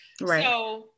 Right